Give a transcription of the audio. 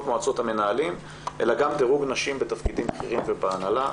מועצות המנהלים אלא גם דירוג נשים בתפקידים בכירים ובהנהלה.